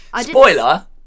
Spoiler